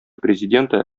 президенты